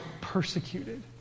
persecuted